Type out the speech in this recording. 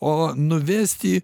o nuvesti